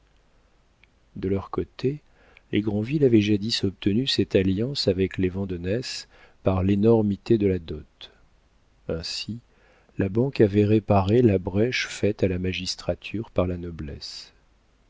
de leur côté les granville avaient jadis obtenu cette alliance avec les vandenesse par l'énormité de la dot ainsi la banque avait réparé la brèche faite à la magistrature par la noblesse